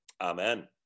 Amen